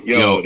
yo